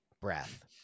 breath